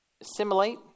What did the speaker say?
assimilate